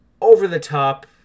over-the-top